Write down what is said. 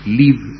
leave